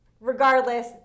Regardless